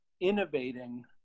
innovating